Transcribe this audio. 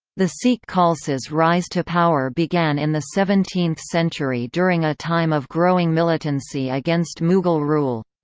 the sikh khalsa's rise to power began in the seventeenth century during a time of growing militancy against mughal rule.